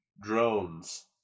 Drones